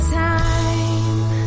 time